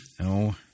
No